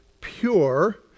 pure